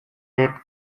wird